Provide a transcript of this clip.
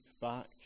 back